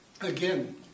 again